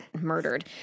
murdered